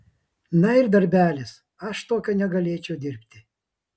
na ir darbelis aš tokio negalėčiau dirbti